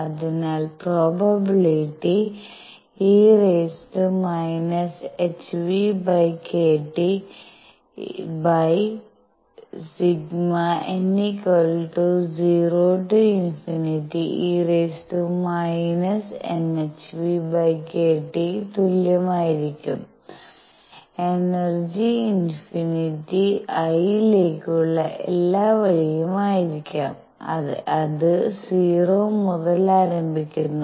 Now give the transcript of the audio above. അതിനാൽ probability e⁻ⁿʰᵛᴷᵀ∑∞ₙ₌₀e⁻ⁿʰᵛᴷᵀ തുല്യമായിരിക്കും energy infinity I ലേക്കുള്ള എല്ലാ വഴിയും ആയിരിക്കാംഅത് 0 മുതൽ ആരംഭിക്കുന്നു